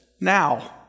now